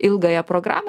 ilgąją programą